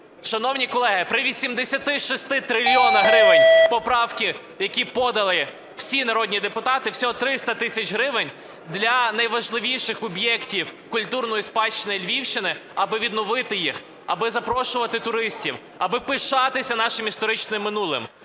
шановні колеги. При 86 трильйонах гривень – поправки, які подали всі народні депутати, всього 300 тисяч гривень для найважливіших об'єктів культурної спадщини Львівщини, аби відновити їх, аби запрошувати туристів, аби пишатися нашим історичним минулим,